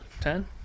Ten